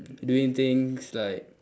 doing things like